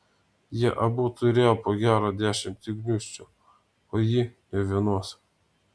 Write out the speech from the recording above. jie abu turėjo po gerą dešimtį gniūžčių o ji nė vienos